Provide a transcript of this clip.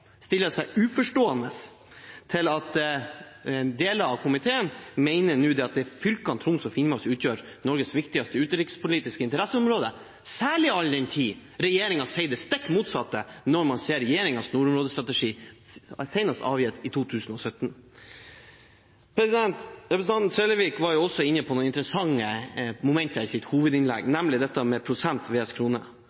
stiller seg uforstående til at deler av komiteen mener at det er fylkene Troms og Finnmark som utgjør Norges viktigste utenrikspolitiske interesseområde, særlig all den tid regjeringen sier det stikk motsatte hvis man ser på regjeringens nordområdestrategi, senest avgitt i 2017. Representanten Trellevik var også inne på noen interessante momenter i sitt hovedinnlegg,